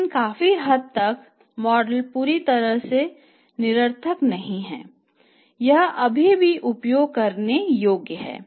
लेकिन काफी हद तक मॉडल पूरी तरह से निरर्थक नहीं है यह अभी भी प्रयोग करने योग्य है